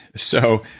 so,